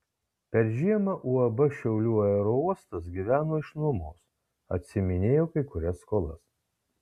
per žiemą uab šiaulių aerouostas gyveno iš nuomos atsiiminėjo kai kurias skolas